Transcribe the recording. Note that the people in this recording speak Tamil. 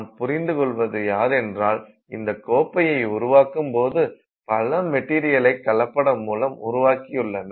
நாம் புரிந்து கொள்வது யாதென்றால் இந்த கோப்பையை உருவாக்கும்போது பல மெட்டீரியலை கலப்படம் மூலம் உருவாக்கியுள்ளனர்